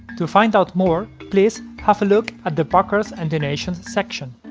to find out more, please have a look at the backers and donations section.